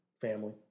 Family